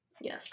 yes